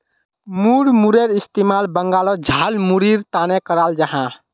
मुड़मुड़ेर इस्तेमाल बंगालोत झालमुढ़ीर तने कराल जाहा